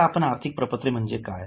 आता आपण आर्थिक प्रपत्रे म्हणजे काय